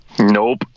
Nope